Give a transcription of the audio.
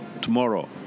tomorrow